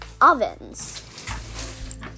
ovens